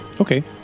okay